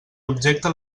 objecte